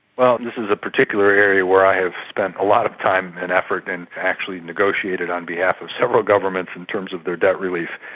well this is a particular area where i have spent a lot of time and effort and actually negotiated on behalf of several governments in terms of their debt relief,